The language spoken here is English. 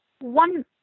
one